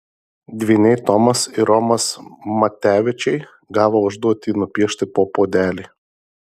dvyniai tomas ir romas matevičiai gavo užduotį nupiešti po puodelį